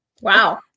Wow